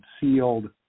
sealed